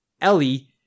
Ellie